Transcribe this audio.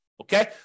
Okay